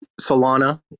Solana